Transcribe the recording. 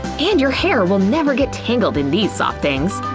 and your hair will never get tangled in these soft things.